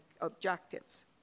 objectives